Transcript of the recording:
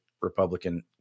Republican